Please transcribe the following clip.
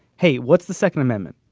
hey, what's the second amendment?